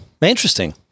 Interesting